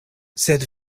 sed